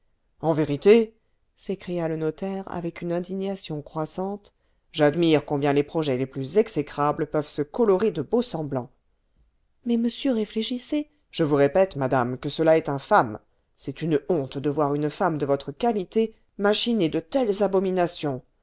en vérité s'écria le notaire avec une indignation croissante j'admire combien les projets les plus exécrables peuvent se colorer de beaux semblants mais monsieur réfléchissez je vous répète madame que cela est infâme c'est une honte de voir une femme de votre qualité machiner de telles abominations